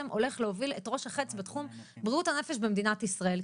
הולך להוביל את ראש החץ בתחום בריאות הנפש במדינת ישראל,